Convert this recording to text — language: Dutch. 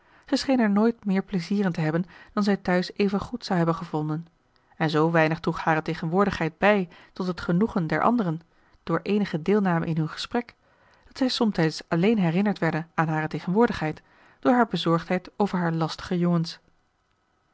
er nooit meer pleizier in te hebben dan zij thuis evengoed zou hebben gevonden en zoo weinig droeg hare tegenwoordigheid bij tot het genoegen der anderen door eenige deelname in hun gesprek dat zij somtijds alleen herinnerd werden aan hare tegenwoordigheid door haar bezorgdheid over haar lastige jongens